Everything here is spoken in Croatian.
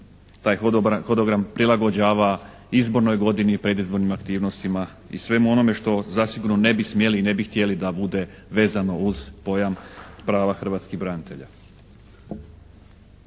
taj hodogram prilagođava izbornoj godini, predizbornim aktivnostima i svemu onome što zasigurno ne bi smjeli i ne bi htjeli da bude vezano uz pojam prava hrvatskih branitelja.